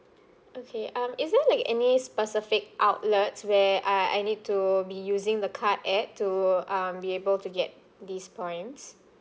okay um is there like any specific outlets where uh I need to be using the card app to um be able to get these points